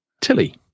Tilly